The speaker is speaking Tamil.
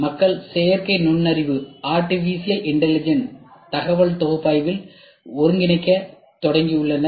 மக்கள் செயற்கை நுண்ணறிவை தகவல் பகுப்பாய்வில் ஒருங்கிணைக்கத் தொடங்கியுள்ளனர்